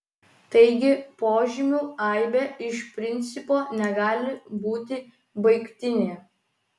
taigi požymių aibė iš principo negali būti baigtinė